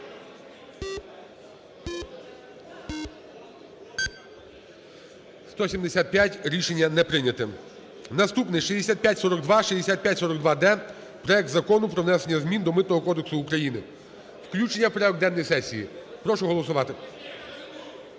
За-175 Рішення не прийнято. Наступний: 6542, 6542-д. Проект Закону про внесення змін до Митного кодексу України. Включення в порядок денний сесії. Прошу голосувати.